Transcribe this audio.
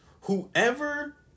whoever